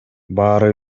баары